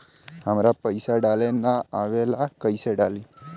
हमरा पईसा डाले ना आवेला कइसे डाली?